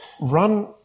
run